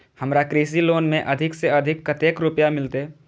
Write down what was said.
हमरा कृषि लोन में अधिक से अधिक कतेक रुपया मिलते?